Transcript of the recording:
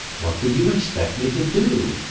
what did you expect me to do?